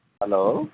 hello